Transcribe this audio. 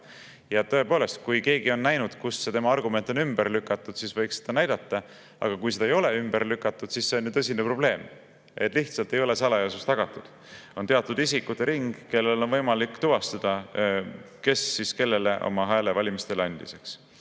Tõepoolest, kui keegi on näinud, kuidas see tema argument on ümber lükatud, siis võiks seda [teistelegi] näidata, aga kui seda ei ole ümber lükatud, siis see on tõsine probleem, kuna lihtsalt ei ole salajasus tagatud. On teatud isikute ring, kellel on võimalik tuvastada, kes kellele oma hääle valimistel andis